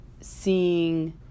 seeing